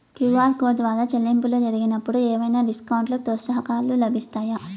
QR code ద్వారా చెల్లింపులు జరిగినప్పుడు ఏవైనా డిస్కౌంట్ లు, ప్రోత్సాహకాలు లభిస్తాయా?